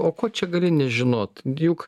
o ko čia gali nežinot juk